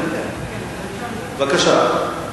בבקשה.